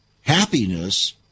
Happiness